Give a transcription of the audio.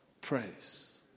praise